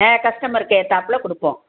ஆ customer கேட்டாப்புல கொடுப்போம்